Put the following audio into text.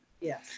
yes